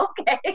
okay